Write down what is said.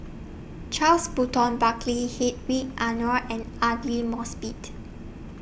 Charles Burton Buckley Hedwig Anuar and Aidli Mosbit